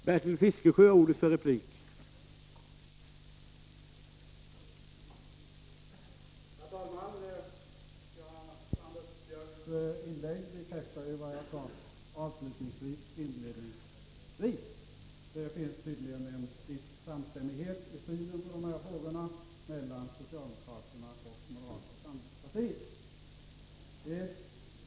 Herr talman! Anders Björcks inlägg bekräftar vad jag inledningsvis sade avslutningsvis. Det finns tydligen en viss samstämmighet mellan socialdemokraterna och moderata samlingspartiet i synen på dessa frågor.